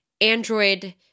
Android